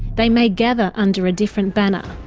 they may gather under a different banner,